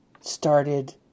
started